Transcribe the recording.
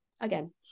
again